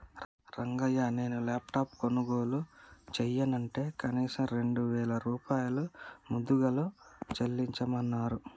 రంగయ్య నాను లాప్టాప్ కొనుగోలు చెయ్యనంటే కనీసం రెండు వేల రూపాయలు ముదుగలు చెల్లించమన్నరు